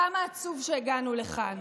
כמה עצוב שהגענו לכאן.